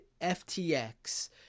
FTX